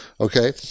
okay